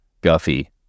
Guffy